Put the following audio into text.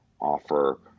offer